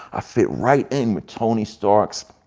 ah fit right in with tony stark, so